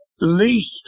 least